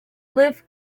lift